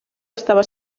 estava